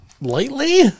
lightly